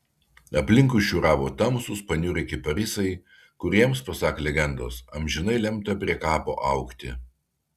aplinkui šiūravo tamsūs paniurę kiparisai kuriems pasak legendos amžinai lemta prie kapo augti